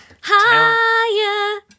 higher